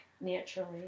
naturally